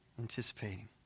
Anticipating